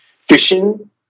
Fishing